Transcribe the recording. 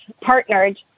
partnered